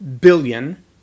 billion